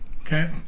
Okay